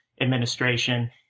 administration